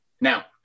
now